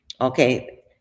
Okay